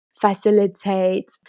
facilitate